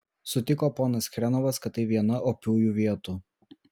sutiko ponas chrenovas kad tai viena opiųjų vietų